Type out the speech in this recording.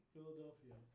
Philadelphia